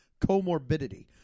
comorbidity